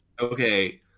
okay